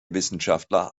wissenschaftler